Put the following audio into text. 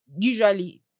usually